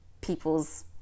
people's